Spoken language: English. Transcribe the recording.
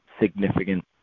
significant